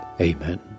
Amen